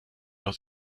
aus